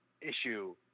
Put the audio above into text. issue